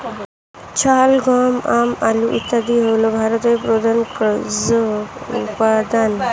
চাল, গম, আম, আলু ইত্যাদি হল ভারতের প্রধান কৃষিজ উপাদান